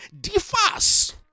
differs